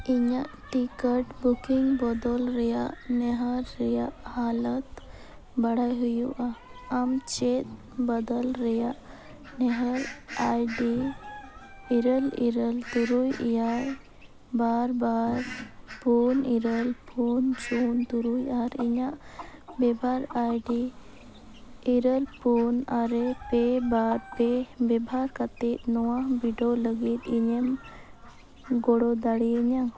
ᱤᱧᱟᱹᱜ ticket booking ᱵᱚᱫᱚᱞ ᱨᱮᱱᱟᱜ ᱱᱮᱦᱚᱨ ᱨᱮᱱᱟᱜ ᱦᱟᱞᱚᱛ ᱵᱟᱲᱟᱭ ᱦᱩᱭᱩᱜᱼᱟ ᱟᱢ ᱪᱮᱫ ᱵᱚᱫᱚᱞ ᱨᱮᱱᱟᱜ ᱱᱮᱦᱚᱨ ᱟᱭᱰᱤ ᱤᱨᱟᱹᱞ ᱤᱨᱟᱹᱞ ᱛᱩᱨᱩᱭ ᱮᱭᱟᱭ ᱵᱟᱨ ᱵᱟᱨ ᱯᱩᱱ ᱤᱨᱟᱹᱞ ᱯᱩᱱ ᱥᱩᱱ ᱛᱩᱨᱩᱭ ᱟᱨ ᱤᱧᱟᱹᱜ ᱵᱮᱵᱷᱟᱨ ᱟᱭᱰᱤ ᱤᱨᱟᱹᱞ ᱯᱩᱱ ᱟᱨᱮ ᱯᱮ ᱵᱟᱨ ᱯᱮ ᱵᱮᱵᱷᱟᱨ ᱠᱟᱛᱮᱫ ᱱᱚᱣᱟ ᱵᱤᱰᱟᱹᱣ ᱞᱟᱹᱜᱤᱫ ᱤᱧᱮᱢ ᱜᱚᱲᱚ ᱫᱟᱲᱮᱭᱟᱹᱧᱟᱹ